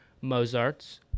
mozarts